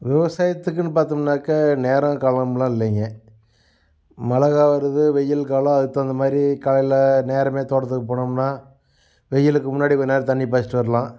விவசாயத்துக்குன்னு பார்த்தம்னாக்க நேரம் காலம்லாம் இல்லைங்க மழைகாலம் இருக்குது வெயில் காலம் அதுக்குத்தகுந்தமாதிரி காலையில் நேரமே தோட்டத்துக்குப் போனம்னால் வெயிலுக்கு முன்னாடி கொஞ்ச நேரம் தண்ணி பாய்ச்சிட்டு வரலாம்